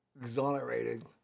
exonerated